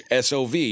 SOV